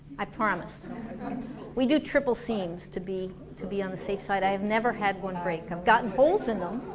i promise we do triple seams to be to be on the safe side, i've never had one break. i've gotten holes in um